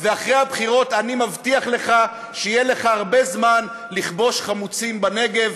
ואחרי הבחירות אני מבטיח לך שיהיה לך הרבה זמן לכבוש חמוצים בנגב.